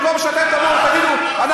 במקום שאתם תבואו ותגידו,